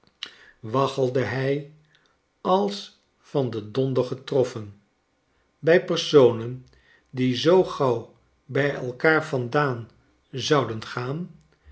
waggelde hij als van den donder getroffen bij personen die zoo gauw bij elkaar vandaan zouden gaan